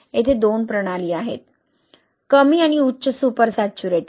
येथे 2 प्रणाली आहेत कमी आणि उच्चसुपर सैचुरेटेड